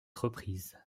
reprise